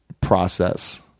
process